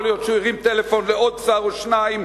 יכול להיות שהוא הרים טלפון לעוד שר או שניים.